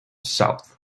south